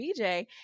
BJ